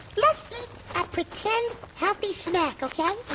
let's eat a pretend healthy snack, okay?